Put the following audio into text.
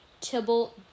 Tibble